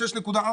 6.4,